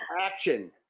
action